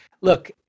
look